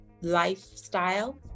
lifestyle